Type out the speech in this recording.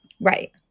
Right